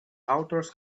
authors